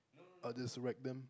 I just wreck them